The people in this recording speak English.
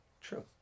True